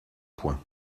point